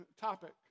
topic